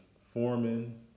foreman